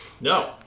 No